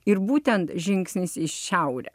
ir būtent žingsnis į šiaurę